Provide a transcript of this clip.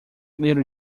little